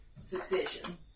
succession